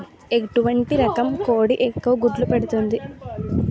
ఎటువంటి రకం కోడి ఎక్కువ గుడ్లు పెడుతోంది?